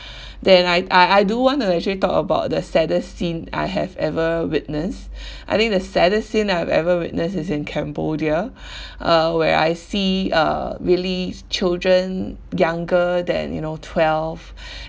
then I I I do want to actually talk about the saddest scene I have ever witness I think the saddest scene I have ever witness is in cambodia uh where I see uh really children younger than you know twelve